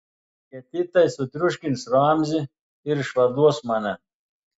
hetitai sutriuškins ramzį ir išvaduos mane